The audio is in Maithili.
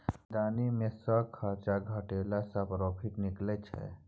आमदनी मे सँ खरचा घटेला सँ प्रोफिट निकलै छै